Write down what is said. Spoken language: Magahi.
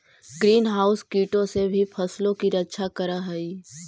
ग्रीन हाउस कीटों से भी फसलों की रक्षा करअ हई